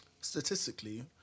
Statistically